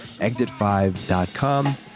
exit5.com